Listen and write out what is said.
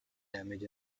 damaged